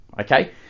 okay